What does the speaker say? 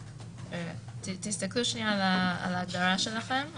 תסתכלו שנייה על ההגדרה שלכם,